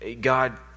God